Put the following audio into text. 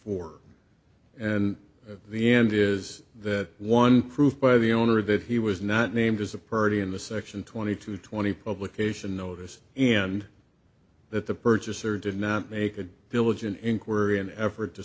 four and the end is that one proof by the owner that he was not named as a purdy in the section twenty two twenty publication notice and that the purchaser did not make a village an inquiry an effort to